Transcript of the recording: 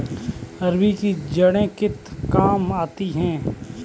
अरबी की जड़ें किस काम आती हैं?